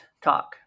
talk